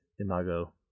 imago